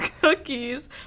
cookies